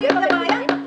אין לי בעיה עם זה,